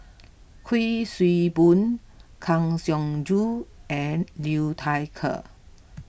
Kuik Swee Boon Kang Siong Joo and Liu Thai Ker